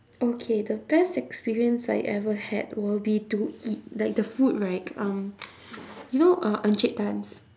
okay the best experience I ever had will be to eat like the food right um you know uh encik tan's